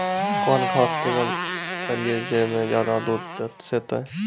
कौन घास किनैल करिए ज मे ज्यादा दूध सेते?